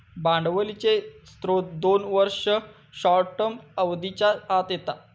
भांडवलीचे स्त्रोत दोन वर्ष, शॉर्ट टर्म अवधीच्या आत येता